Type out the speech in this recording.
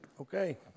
Okay